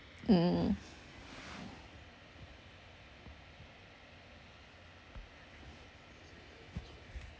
mm